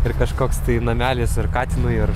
ir kažkoks tai namelis ir katinui ir